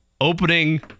opening